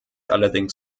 allerdings